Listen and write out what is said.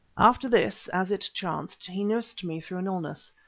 after this, as it chanced, he nursed me through an illness.